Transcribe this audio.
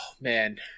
man